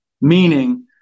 meaning